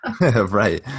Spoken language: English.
right